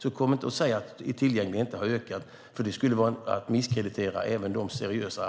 Säg inte att tillgängligheten inte har ökat. Det vore att misskreditera även de seriösa.